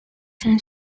san